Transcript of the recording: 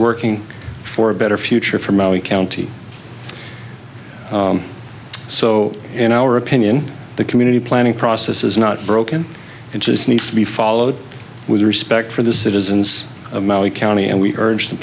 working for a better future for maui county so in our opinion the community planning process is not broken and just needs to be followed with respect for the citizens of maui county and we urge t